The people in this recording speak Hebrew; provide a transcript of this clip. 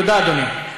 תודה, אדוני.